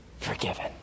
forgiven